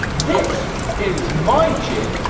this is my chin.